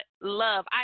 love